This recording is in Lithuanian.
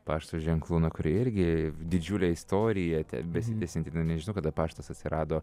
pašto ženklų kurie irgi didžiulė istorija tebesitęsianti nežinau kada paštas atsirado